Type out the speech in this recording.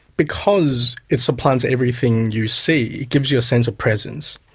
because it supplants everything you see, it gives you a sense of presence,